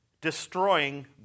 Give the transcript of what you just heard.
destroying